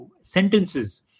sentences